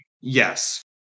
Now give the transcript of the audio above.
Yes